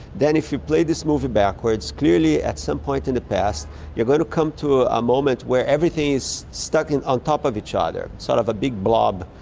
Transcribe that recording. then if you play this movie backwards, clearly at some point in the past you are going to come to ah a moment where everything is stuck on top of each other, sort of a big blob.